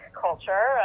culture